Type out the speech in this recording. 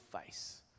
face